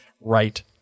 right